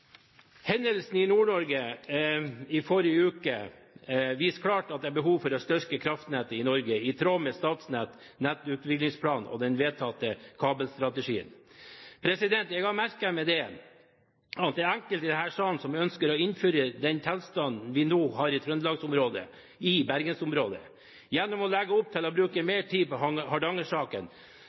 Hendelsen i Nord-Norge i forrige uke viser klart at det er behov for å styrke kraftnettet i Norge i tråd med Statnetts nettutviklingsplan og den vedtatte kabelstrategien. Jeg har merket meg at det er enkelte i denne salen som ønsker å innføre den tilstanden vi nå har i Trøndelagsområdet, i Bergensområdet. Gjennom å legge opp til å bruke mer tid på